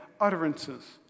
utterances